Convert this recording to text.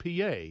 PA